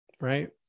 Right